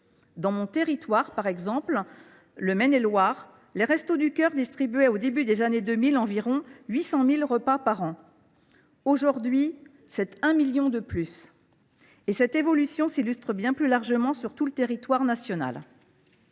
Dans mon territoire par exemple, le Maine et Loire, les Restos du Cœur distribuaient au début des années 2000 environ 800 000 repas par an. Aujourd’hui, c’est un million de plus ! Et cette évolution s’illustre bien plus largement sur tout le territoire national.